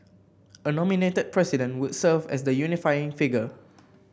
a nominated President would serve as the unifying figure